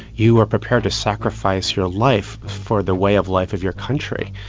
you are prepared to sacrifice your life for the way of life of your country.